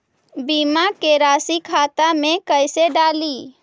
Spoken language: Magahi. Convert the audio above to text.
बीमा के रासी खाता में कैसे डाली?